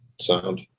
sound